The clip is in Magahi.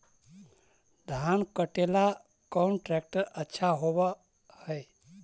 धान कटे ला कौन ट्रैक्टर अच्छा होबा है?